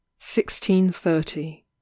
1630